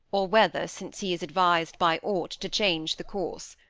or whether since he is advis'd by aught to change the course.